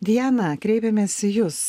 diana kreipiamės į jus